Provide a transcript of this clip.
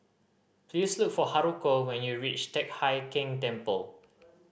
please look for Haruko when you reach Teck Hai Keng Temple